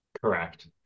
Correct